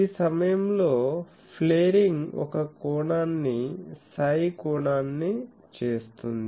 ఈ సమయంలో ఫ్లేరింగ్ ఒక కోణాన్ని psi కోణాన్ని చేస్తుంది